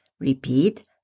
Repeat